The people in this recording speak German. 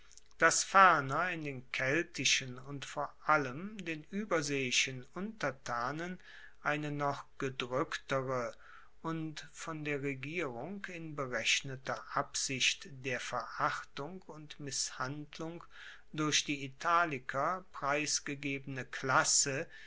dass ferner in den keltischen und vor allem den ueberseeischen untertanen eine noch gedruecktere und von der regierung in berechneter absicht der verachtung und misshandlung durch die italiker preisgegebene klasse